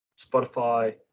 Spotify